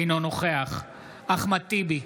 אינו נוכח אחמד טיבי,